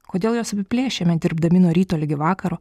kodėl juos apiplėšiame dirbdami nuo ryto ligi vakaro